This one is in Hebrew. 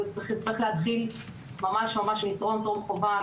צריך להתחיל ממש ממש מטרום טרום חובה,